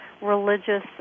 religious